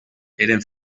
eren